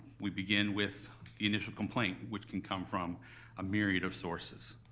we begin with the initial complaint, which can come from a myriad of sources,